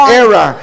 era